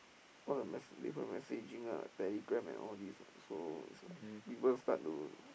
all the mes~ different messaging ah Telegram and all these so it's like people start to